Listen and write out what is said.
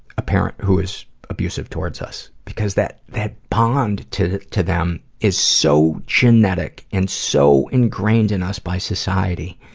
a parent who is abusive towards us because that that pond to to them is so genetic and so ingrained in us by society